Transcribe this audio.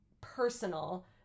personal